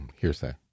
hearsay